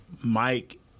Mike